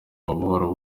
buhoro